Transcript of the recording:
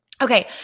Okay